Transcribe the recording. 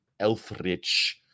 elfrich